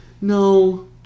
No